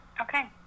Okay